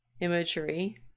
imagery